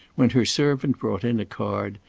when her servant brought in a card,